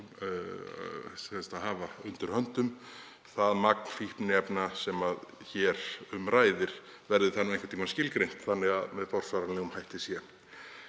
að hafa undir höndum það magn fíkniefna sem hér um ræðir, verði það einhvern tímann skilgreint þannig að með forsvaranlegum hætti sé.